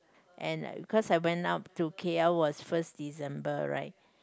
end uh because I went up to k_l was first December right